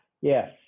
yes